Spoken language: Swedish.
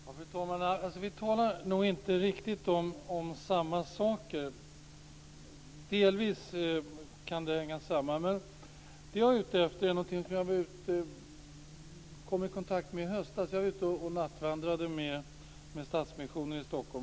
Fru talman! Vi talar nog inte riktigt om samma saker. Det kan delvis hänga samman. Jag är ute efter något som jag kom i kontakt med i höstas. Jag var ute och nattvandrade med Stadsmissionen i Stockholm.